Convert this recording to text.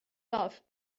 love